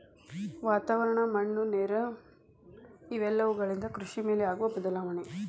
ವಾತಾವರಣ, ಮಣ್ಣು ನೇರು ಇವೆಲ್ಲವುಗಳಿಂದ ಕೃಷಿ ಮೇಲೆ ಆಗು ಬದಲಾವಣೆ